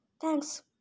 Thanks